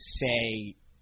say